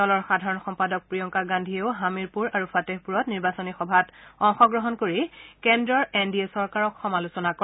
দলৰ সাধাৰণ সম্পাদক প্ৰিয়ংকা গান্ধীয়েও হামিৰপুৰ আৰু ফাটেহপুৰত নিৰ্বাচনী সভাত অংশগ্ৰহণ কৰি কেন্দ্ৰৰ এন ডি এ চৰকাৰক সমালোচনা কৰে